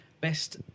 Best